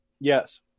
Yes